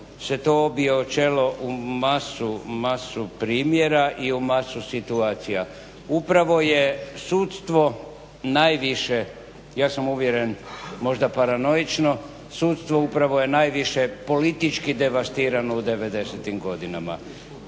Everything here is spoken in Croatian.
se to obije o čelo u masu primjera i u masu situacija. Upravo je sudstvo najviše, ja sam uvjeren možda paranoično, sudstvo upravo je najviše politički devastirano u '90.-tim godinama